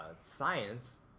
Science